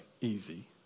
easy